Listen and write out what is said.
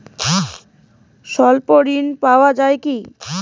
স্বল্প ঋণ পাওয়া য়ায় কি?